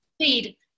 feed